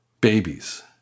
babies